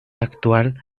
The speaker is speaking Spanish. actual